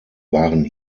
waren